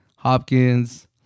Hopkins